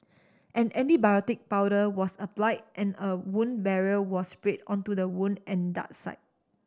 an antibiotic powder was applied and a wound barrier was sprayed onto the wound and dart site